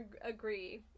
agree